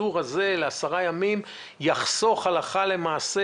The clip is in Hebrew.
הקיצור הזה ל-10 ימים יחסוך הלכה למעשה,